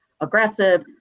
aggressive